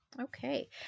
Okay